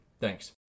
Thanks